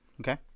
okay